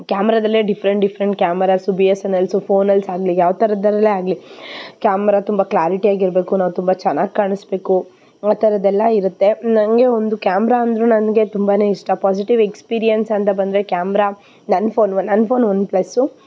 ಕ್ಯಾಮ್ರದಲ್ಲೇ different different cameras BSNLs ಫೋನಲ್ಸಾಗಲಿ ಯಾವ ಥರದ್ದಲ್ಲೇ ಆಗಲಿ ಕ್ಯಾಮ್ರ ತುಂಬ ಕ್ಲ್ಯಾರಿಟಿಯಾಗಿರಬೇಕು ನಾವು ತುಂಬ ಚೆನ್ನಾಗಿ ಕಾಣಿಸ್ಬೇಕು ಆ ಥರದ್ದೆಲ್ಲ ಇರುತ್ತೆ ನನಗೆ ಒಂದು ಕ್ಯಾಮ್ರ ಅಂದ್ರೂ ನನಗೆ ತುಂಬ ಇಷ್ಟ ಪೋಸಿಟಿವ್ ಎಕ್ಸ್ಪೀರಿಯೆನ್ಸ್ ಅಂತ ಬಂದರೆ ಕ್ಯಾಮ್ರಾ ನನ್ನ ಫೋನು ನನ್ನ ಫೋನ್ ಒನ್ ಪ್ಲಸ್ಸು